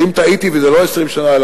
אז אם טעיתי וזה לא 20 שנה,